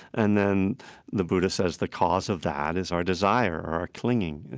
and then the buddhist says the cause of that is our desire, or our clinging,